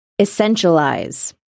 Essentialize